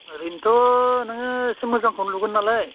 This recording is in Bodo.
ओरैनोथ' नोङो एसे मोजांखौनो लुगोन नालाय